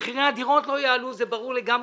מחירי הדירות לא יעלו, זה ברור לגמרי.